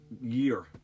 year